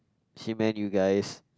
she meant you guys